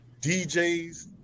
DJs